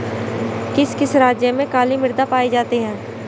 किस किस राज्य में काली मृदा पाई जाती है?